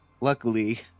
Luckily